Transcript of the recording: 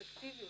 באפקטיביות,